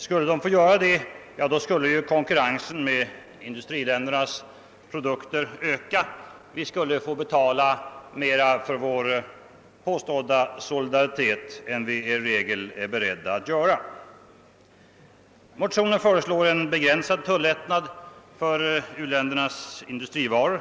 Skulle de få göra det, skulle ju konkurrensen i fråga om i-ländernas produkter öka. Vi skulle få betala mera för vår påstådda solidaritet än vi i regel är beredda att göra. I motionen föreslås en begränsad tulllättnad för u-ländernas industrivaror.